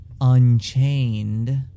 unchained